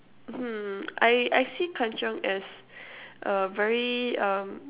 hmm I I see kanchiong as uh very um